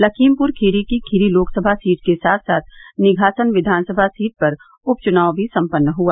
लखीमपुर खीरी की खीरी लोकसभा सीट के साथ साथ निघासन विधानसभा सीट पर उप चुनाव भी सम्पन्न हुआ